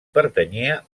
pertanyia